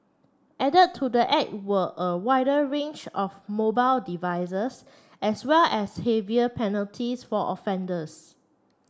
added to the act were a wider range of mobile as well as heavier penalties for offenders